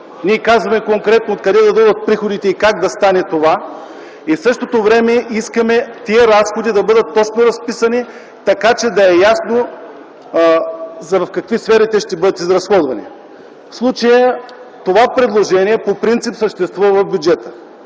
Ние казваме конкретно откъде да дойдат приходите и как да стане това. В същото време искаме тези разходи да бъдат точно разписани, така че да е ясно в какви сфери те ще бъдат изразходвани. В случая това предложение по принцип съществува в бюджета.